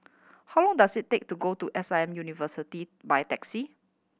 how long does it take to go to S I M University by taxi